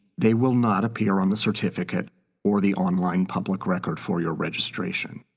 they will not appear on the certificate or the online public record for your registration.